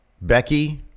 Becky